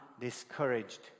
discouraged